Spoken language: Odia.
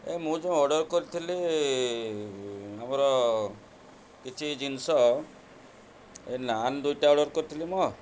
ଏ ମୁଁ ଯୋଉ ଅର୍ଡ଼ର୍ କରିଥିଲି ଆମର କିଛି ଜିନିଷ ଏ ନାନ୍ ଦୁଇଟା ଅର୍ଡ଼ର୍ କରିଥିଲି ମ